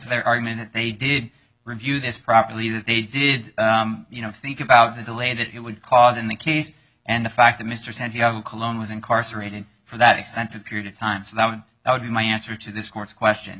their argument that they did review this properly that they did you know think about the delay that it would cause in the case and the fact that mr santiago cologne was incarcerated for that extensive period of time so that when i would be my answer to this court's question